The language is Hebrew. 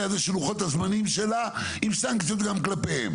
הזה של לוחות הזמנים שלה עם סנקציות גם כלפיהם.